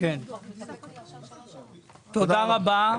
תודה רבה.